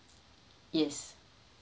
yes